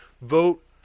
vote